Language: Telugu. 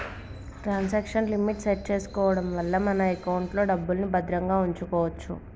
ట్రాన్సాక్షన్ లిమిట్ సెట్ చేసుకోడం వల్ల మన ఎకౌంట్లో డబ్బుల్ని భద్రంగా వుంచుకోచ్చు